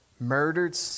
murdered